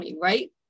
right